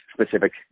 specific